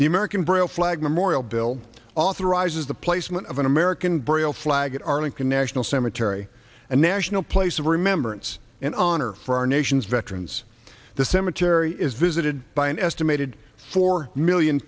the american braille flag memorial bill authorizes the placement of an american braille flag at arlington national cemetery a national place of remember it's an honor for our nation's veterans the cemetery is visited by an estimated four million